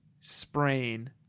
sprain